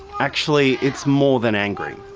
actually it's more than angry.